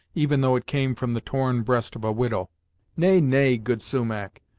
even though it came from the torn breast of a widow nay nay, good sumach,